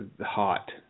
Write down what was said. hot